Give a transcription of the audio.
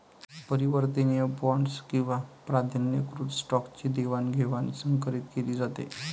परिवर्तनीय बॉण्ड्स किंवा प्राधान्यकृत स्टॉकची देवाणघेवाण संकरीत केली जाते